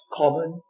common